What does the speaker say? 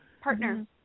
Partner